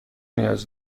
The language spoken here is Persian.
نیاز